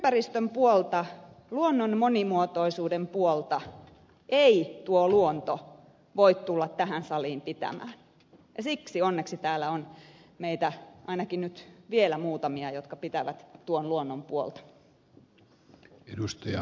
ympäristön puolta luonnon monimuotoisuuden puolta ei tuo luonto voi tulla tähän saliin pitämään ja siksi onneksi täällä on meitä ainakin nyt vielä muutamia jotka pitävät tuon luonnon puolta